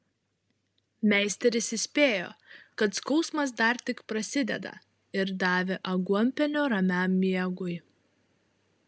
meisteris įspėjo kad skausmas dar tik prasideda ir davė aguonpienio ramiam miegui